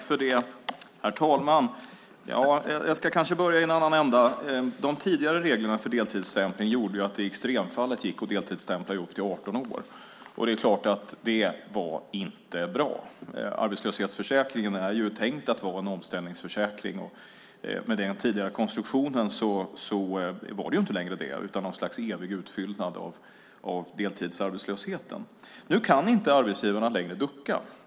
Herr talman! Jag ska kanske börja i en annan ända. De tidigare reglerna för deltidsstämpling gjorde ju att det i extremfallet gick att deltidsstämpla i upp till 18 år. Det är klart att det inte var bra. Arbetslöshetsförsäkringen är tänkt att vara en omställningsförsäkring. Men med den tidigare konstruktionen var det inte längre det utan något slags evig utfyllnad för deltidsarbetslösheten. Nu kan arbetsgivarna inte ducka längre.